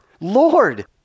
Lord